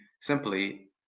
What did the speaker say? simply